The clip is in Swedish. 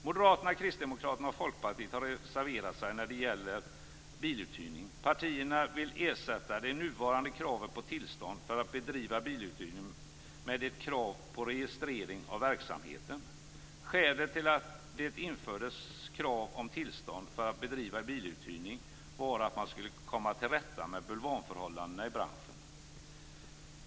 Moderaterna, Kristdemokraterna och Folkpartiet har reserverat sig när det gäller biluthyrning. Partierna vill ersätta det nuvarande kravet på tillstånd för att bedriva biluthyrning med ett krav på registrering av verksamheten. Skälet till att det infördes krav på tillstånd för att bedriva biluthyrning var att man skulle komma till rätta med bulvanförhållandena i branschen.